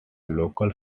local